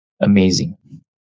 amazing